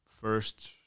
first